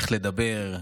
איך לדבר,